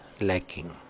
lacking